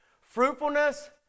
Fruitfulness